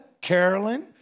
Carolyn